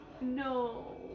No